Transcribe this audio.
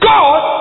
God